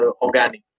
organic